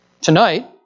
Tonight